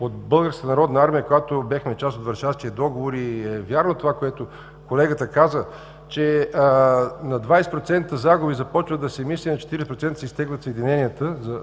от Българската народна армия, когато бяхме част от Варшавския договор, и е вярно това, което колегата каза – че на 20% загуби започва да се мисли, на 40% се изтеглят съединенията за